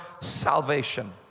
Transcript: salvation